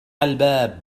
الباب